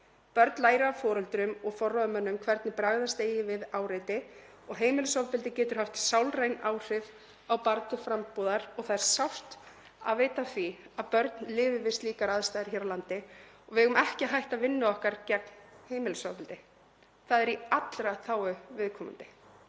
Börn læra af foreldrum og forráðamönnum hvernig bregðast eigi við áreiti og heimilisofbeldi getur haft sálræn áhrif á barn til frambúðar. Það er sárt að vita af því að börn lifi við slíkar aðstæður hér á landi og við eigum ekki að hætta vinnu okkar gegn heimilisofbeldi. Það er í þágu allra viðkomandi.